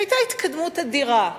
שהיתה התקדמות אדירה,